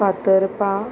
Fatorpa